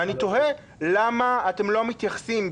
ואני תוהה למה אתם לא מתייחסים,